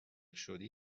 شدی